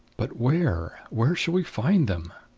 but where where shall we find them?